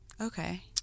Okay